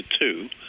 two